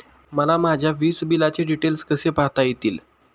मला माझ्या वीजबिलाचे डिटेल्स कसे पाहता येतील?